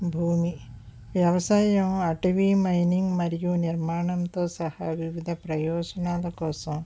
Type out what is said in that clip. భూమి వ్యవసాయం అటవీ మైనింగ్ మరియు నిర్మాణంతో సహా వివిధ ప్రయోజనాల కోసం